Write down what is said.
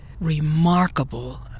remarkable